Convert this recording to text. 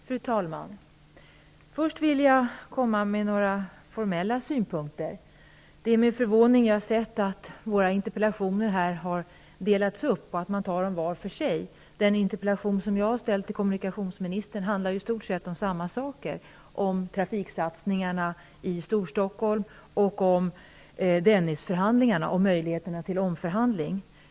Fru talman! Först vill jag anlägga några formella synpunkter. Det är med förvåning som jag har sett att våra interpellationer har delats upp, så att de tas var för sig. Den interpellation som jag har ställt till kommunikationsministern handlar i stort sett om samma saker som de andra interpellationerna, om trafiksatsningarna i Storstockholm och om Dennisförhandlingarna och möjligheterna till omförhandling.